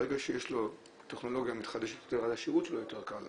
ברגע שיש לו טכנולוגיה מתחדשת יותר אז השירות שלו יותר קל.